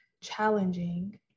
challenging